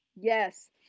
yes